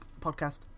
podcast